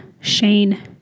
Shane